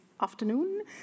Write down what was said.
afternoon